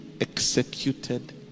executed